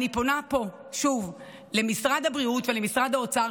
אני פונה פה שוב למשרד הבריאות ולמשרד האוצר,